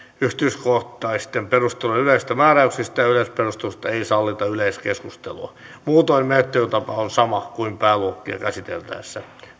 yksityiskohtaisten perustelujen yleisistä määräyksistä ja yleisperusteluista ei sallita yleiskeskustelua muutoin menettelytapa on sama kuin pääluokkia käsiteltäessä